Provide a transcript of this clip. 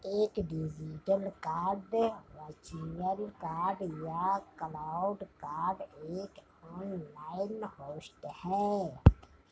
एक digital card virtual card या cloud card एक ऑनलाइन होस्ट है